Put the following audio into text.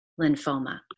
lymphoma